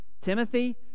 Timothy